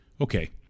okay